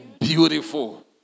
beautiful